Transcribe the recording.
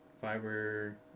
fiber